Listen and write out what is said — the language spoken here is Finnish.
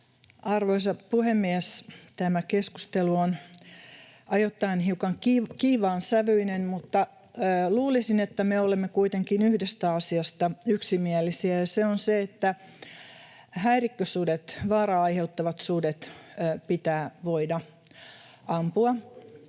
Arvoisa puhemies! Tämä keskustelu on ajoittain hiukan kiivaan sävyinen, mutta luulisin, että me olemme kuitenkin yhdestä asiasta yksimielisiä, ja se on se, että häirikkösudet, vaaraa aiheuttavat sudet pitää voida ampua.